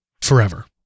forever